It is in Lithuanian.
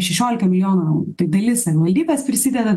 šešiolika milijonų eurų tai dalis savivaldybės prisideda